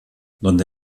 donde